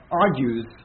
argues